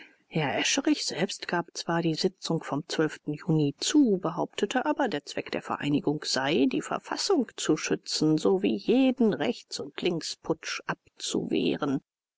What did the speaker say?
herr escherich selbst gab zwar die sitzung vom juni zu behauptete aber der zweck der vereinigung sei die verfassung zu schützen sowie jeden rechts und links-putsch abzuwehren